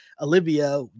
Olivia